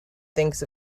thinks